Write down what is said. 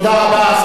תודה רבה.